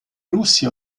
russia